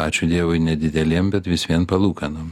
ačiū dievui nedidelėm bet vis vien palūkanom